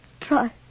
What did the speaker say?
try